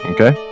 Okay